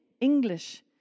English